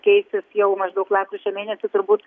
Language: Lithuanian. keisis jau maždaug lapkričio mėnesį turbūt